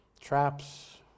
traps